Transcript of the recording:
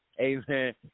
Amen